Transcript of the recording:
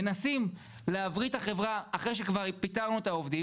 מנסים להברי את החברה אחרי שכבר פיטרנו את העובדים,